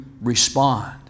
respond